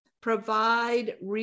provide